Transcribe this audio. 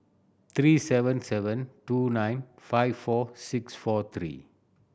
three seven seven two nine five four six four three